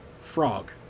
frog